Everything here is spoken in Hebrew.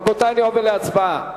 רבותי, אני עובר להצבעה.